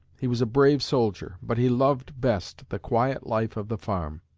he was a brave soldier, but he loved best the quiet life of the farm.